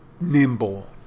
nimble